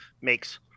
makes